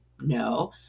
No